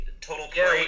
total